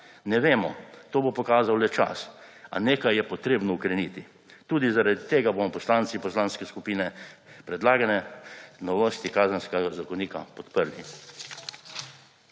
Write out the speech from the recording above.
Ne vemo, to bo pokazal le čas, a nekaj je potrebno ukreniti. Tudi zaradi tega bomo poslanci Poslanske skupine Desus predlagane novosti Kazenskega zakonika podprli.